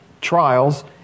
trials